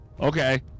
okay